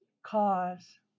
cause